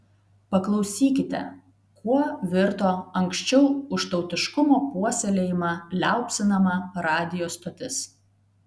paklausykite kuo virto anksčiau už tautiškumo puoselėjimą liaupsinama radijo stotis